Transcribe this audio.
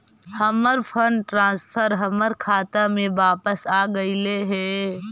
हमर fund transfer हमर खाता में वापस आगईल हे